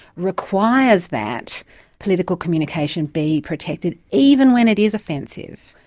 requires that political communication be protected, even when it is offensive.